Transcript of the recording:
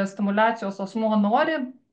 stimuliacijos asmuo nori